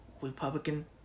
Republican